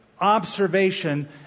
observation